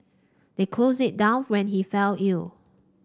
they closed it down when he fell ill